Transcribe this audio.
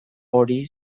hori